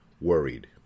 worried